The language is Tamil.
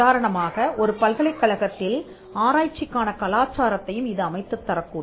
உதாரணமாக ஒரு பல்கலைக்கழகத்தில் ஆராய்ச்சிக்கான கலாச்சாரத்தையும் இது அமைத்துத் தரக்கூடும்